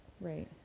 Right